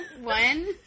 One